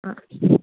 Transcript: ആ